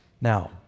Now